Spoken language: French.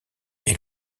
est